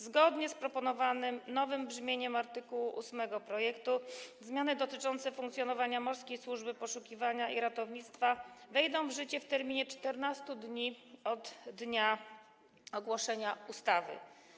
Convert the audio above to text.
Zgodnie z proponowanym nowym brzmieniem art. 8 projektu zmiany dotyczące funkcjonowania Morskiej Służby Poszukiwania i Ratownictwa wejdą w życie w terminie 14 dni od dnia ogłoszenia ustawy.